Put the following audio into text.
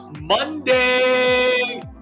Monday